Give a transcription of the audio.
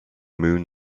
moon